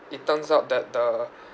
it turns out that the